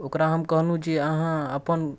ओकरा हम कहलहुँ जे अहाँ अपन